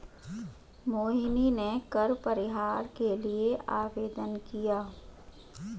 मोहिनी ने कर परिहार के लिए आवेदन किया